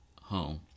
home